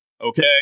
Okay